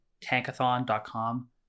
tankathon.com